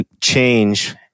change